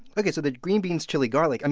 okay, so the green beans chili garlic, and